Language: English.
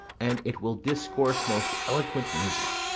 and it will discourse most eloquent music.